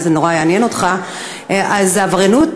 אולי יעניין אותך שעבריינות